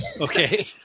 Okay